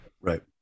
Right